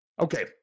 Okay